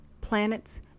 planets